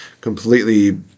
completely